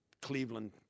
Cleveland